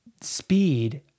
speed